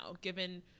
given